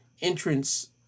entrance